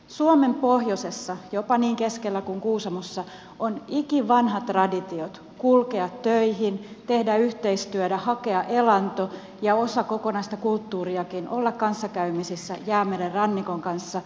suomen pohjoisessa jopa niin keskellä kuin kuusamossa on ikivanhat traditiot kulkea töihin tehdä yhteistyötä hakea elanto ja osa kokonaista kulttuuriakin olla kanssakäymisissä jäämeren rannikon kanssa